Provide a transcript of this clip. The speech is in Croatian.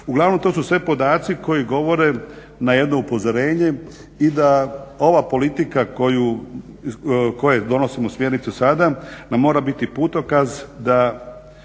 Uglavnom to su sve podaci koji govore na jedno upozorenje i da ova politika koju, koje donosimo smjernicu sada nam mora biti putokaz da